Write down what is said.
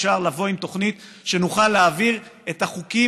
אפשר לבוא עם תוכנית כך שנוכל להעביר את החוקים,